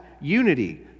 unity